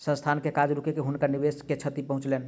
संस्थान के काज रुकै से हुनकर निवेश के क्षति पहुँचलैन